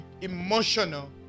emotional